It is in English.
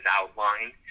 outlined